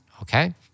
okay